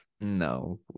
no